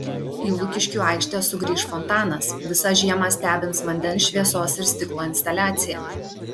į lukiškių aikštę sugrįš fontanas visą žiemą stebins vandens šviesos ir stiklo instaliacija